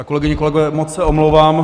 Kolegyně, kolegové, moc se omlouvám.